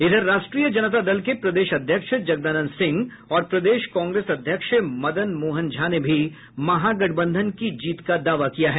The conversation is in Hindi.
इधर राष्ट्रीय जनता दल के प्रदेश अध्यक्ष जगदानंद सिंह और प्रदेश कांग्रेस अध्यक्ष मदन मोहन झा ने भी महागठबंधन की जीत का दावा किया है